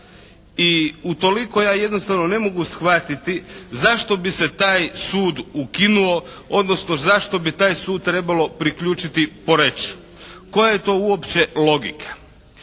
I utoliko ja jednostavno ne mogu shvatiti zašto bi se taj sud ukinuo odnosno zašto bi taj sud trebalo priključiti Poreču. Koja je to uopće logika?